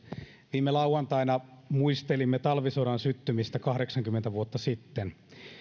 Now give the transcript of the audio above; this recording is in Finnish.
viime lauantaina muistelimme talvisodan syttymistä kahdeksankymmentä vuotta sitten